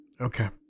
Okay